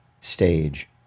stage